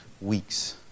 weeks